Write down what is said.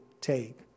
take